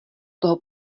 toho